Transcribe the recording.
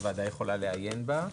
הוועדה יכולה לעיין בה.